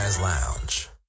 lounge